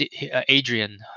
Adrian